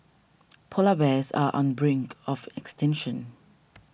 Polar Bears are on brink of extinction